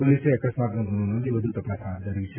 પોલીસે અકસ્માતનો ગુનો નોંધી વધુ તપાસ હાથ ધરી છે